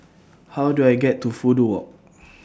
How Do I get to Fudu Walk